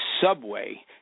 subway